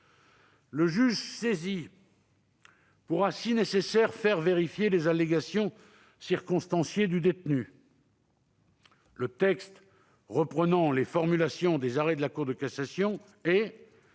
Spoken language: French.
Le juge saisi pourra, si nécessaire, faire vérifier les allégations circonstanciées du détenu, le texte reprenant les formulations des arrêts de la Cour de cassation ;